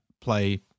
play